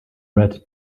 red